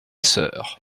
sœur